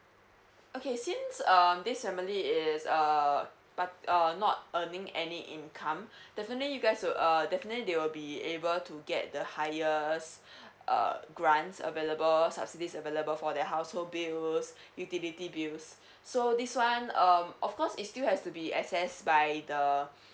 okay since um this family is err but uh not earning any income definitely you guys will err definitely they will be able to get the highest uh grants available subsidies available for their household bills utility bills so this one um of course it's still has to be assess by the